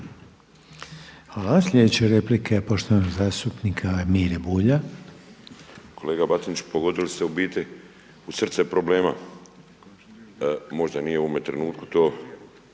Hvala lijepa. Sljedeća replika je poštovanog zastupnika Mire Bulja. **Bulj, Miro (MOST)** Kolega Batinić pogodili ste u biti u srce problema. Možda nije u ovome trenutku to